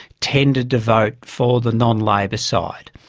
tended to vote for the non-labor side.